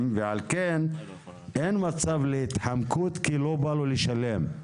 ועל כן אין מצב להתחמקות כי לא בא לו לשלם.